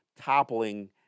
toppling